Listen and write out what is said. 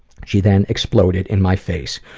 she then exploded in my face,